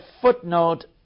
footnote